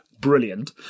Brilliant